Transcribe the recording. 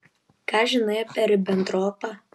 ką žinai apie ribentropą